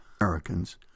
Americans